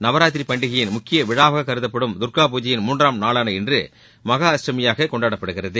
நவராத்திரி பண்டிகையின் முக்கிய விழாவாக கருதப்படும் தர்கா பூஜையின் மூன்றாம் நாளான இன்று மகா அஷ்டமியாக கொண்டாடப்படுகிறது